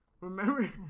remember